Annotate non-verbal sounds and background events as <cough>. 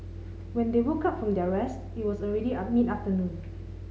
when they woke up from their rest it was already <unintelligible> mid afternoon